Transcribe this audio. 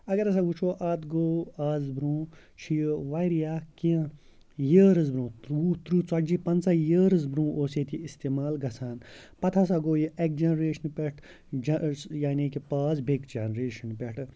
اگر ہَسا وٕچھو اَتھ گوٚو اَز برونٛٹھ چھِ یہِ واریاہ کینٛہہ ییٖٲرٕز برونٛٹھ وُہ تٕرٛہ ژتجی پانٛژاہ ییٖٲرٕز برونٛہہ اوس ییٚتہِ یہِ استعمال گژھان پَتہٕ ہَسا گوٚو یہِ اَکہِ جَنریشنہٕ پٮ۪ٹھ جَ یعنی کہِ پاس بیٚیِکہِ جَنریشن پٮ۪ٹھٕ